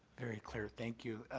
very clear. thank you.